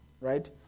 Right